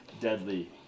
deadly